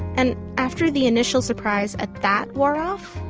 and after the initial surprise at that wore off,